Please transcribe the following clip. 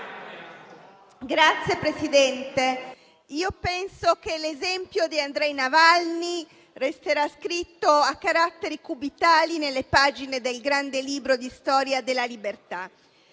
Signor Presidente, penso che l'esempio di Aleksej Navalny resterà scritto a caratteri cubitali nelle pagine del grande libro di storia della libertà.